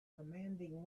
commanding